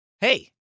Hey